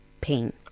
pain